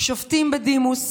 שופטים בדימוס,